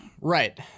Right